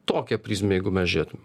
tokią prizmę jeigu mes žiūrėtumėm